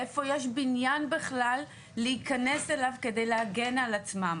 איפה יש בניין בכלל להיכנס אליו כדי להגן על עצמם.